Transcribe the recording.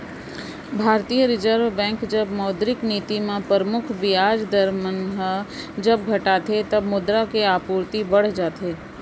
भारतीय reserve bank जब मौद्रिक नीति म परमुख बियाज दर मन ह जब घटाथे तब मुद्रा के आपूरति बड़ जाथे